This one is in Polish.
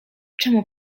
czemu